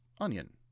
Onion